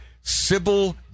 Sybil